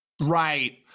Right